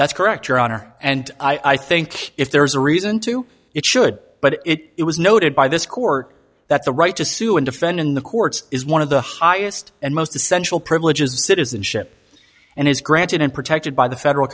that's correct your honor and i think if there is a reason to it should but it was noted by this court that the right to sue and defend in the courts is one of the highest and most essential privileges of citizenship and is granted and protected by the federal